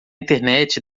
internet